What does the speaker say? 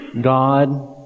God